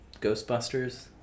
Ghostbusters